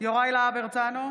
יוראי להב הרצנו,